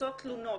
צצות תלונות.